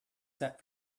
set